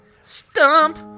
Stump